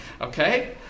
Okay